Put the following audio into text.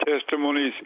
testimonies